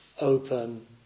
open